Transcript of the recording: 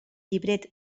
llibret